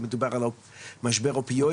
זה מדובר על משבר אופיואי,